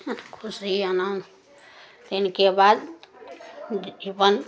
खुशी आनन्द इनके बाद जे छै बन्द